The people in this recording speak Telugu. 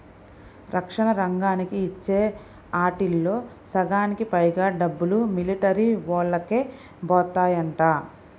రక్షణ రంగానికి ఇచ్చే ఆటిల్లో సగానికి పైగా డబ్బులు మిలిటరీవోల్లకే బోతాయంట